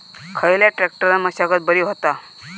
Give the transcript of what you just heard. खयल्या ट्रॅक्टरान मशागत बरी होता?